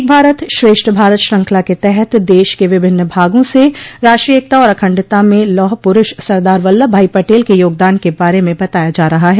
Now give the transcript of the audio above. एक भारत श्रेष्ठ भारत श्रृंखला के तहत देश के विभिन्न भागों से राष्ट्रीय एकता और अखण्डता में लौह पुरूष सरदार वल्लभ भाई पटेल के यागदान के बारे में बताया जा रहा है